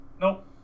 Nope